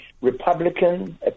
Republican